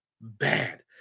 bad